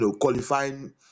qualifying